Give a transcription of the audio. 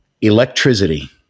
Electricity